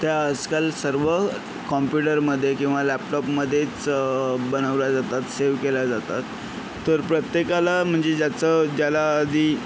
त्या आजकाल सर्व कॉम्प्यूटरमध्ये किंवा लॅपटॉपमध्येच बनवल्या जातात सेव केल्या जातात तर प्रत्येकाला म्हणजे ज्याचं ज्याला आधी